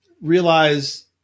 realize